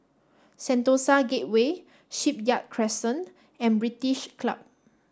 Sentosa Gateway Shipyard Crescent and British Club